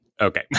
Okay